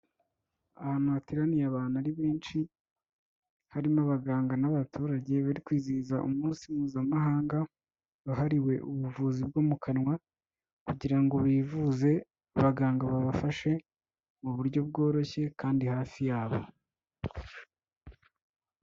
Ahantu hateraniye abantu ari benshi, harimo abaganga n'abaturage bari kwizihiza umunsi mpuzamahanga wahariwe ubuvuzi bwo mu kanwa kugira ngo bivuze, abaganga babafashe mu buryo bworoshye kandi hafi yabo.